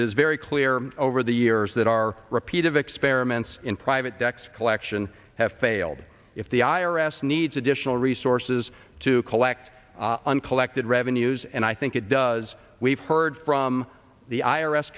is very clear over the errors that are repeat of experiments in private decks collection have failed if the i r s needs additional resources to collect uncollected revenues and i think it does we've heard from the i